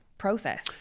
process